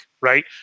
right